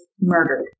murdered